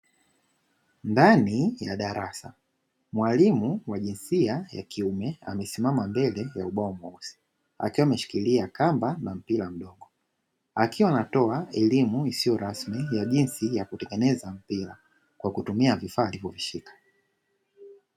Ndani ya darasa mwalimu wa jinsia ya kiume amesimama mbele kuongoa darasa ameshikilia kamba na mpira, akiwa anatoa elimu isiyo rasmi ya jinsi ya kutengeneza mpira kwa kutumia vifaa alivyovishika.